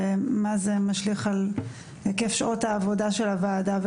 ואיך זה משליך על היקף שעות העבודה של הוועדה,